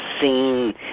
seen